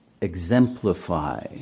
exemplify